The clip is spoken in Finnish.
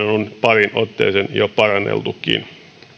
on pariin otteeseen jo paranneltukin